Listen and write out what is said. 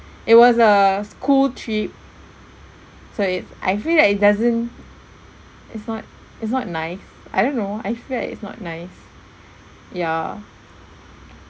it was a school trip so it's I feel like it doesn't is not is not nice I don't know I feel like is not nice yeah